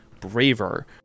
braver